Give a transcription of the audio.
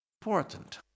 important